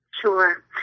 Sure